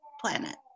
planet